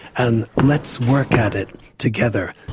and let's work at it together.